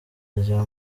rya